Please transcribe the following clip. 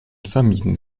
vermieden